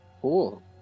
Cool